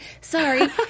sorry